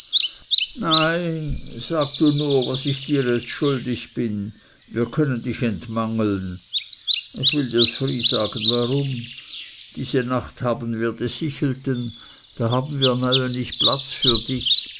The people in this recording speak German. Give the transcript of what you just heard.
nein sag du nur was ich dir jetzt schuldig bin wir können dich entmangeln ich will dirs fry sagen warum diese nacht haben wir die sichelten da haben wir neue nicht platz für dich